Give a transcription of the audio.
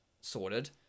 sorted